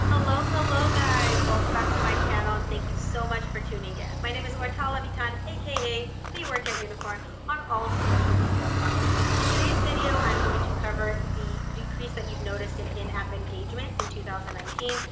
hello, hello guys. welcome back to my channel and thank you so much for tuning in. my name is ortal levitan, aka the workout unicorn on all social media platforms. in today's video, i'm going to cover the decrease that you've noticed in in-app engagement in two thousand and nineteen.